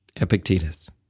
Epictetus